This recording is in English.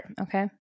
okay